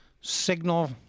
signal